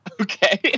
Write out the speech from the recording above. Okay